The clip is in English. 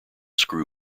screw